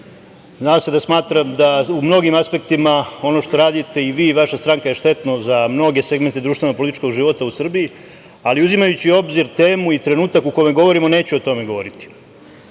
Zna se da smatram da u mnogim aspektima ono što radite vi i vaša stranka je štetno za mnoge segmente društveno političkog života u Srbiji, ali uzimajući u obzir temu i trenutka u kome govorimo, neću o tome govoriti. Vi,